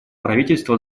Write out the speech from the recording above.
правительства